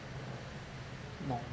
more